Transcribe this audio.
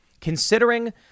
considering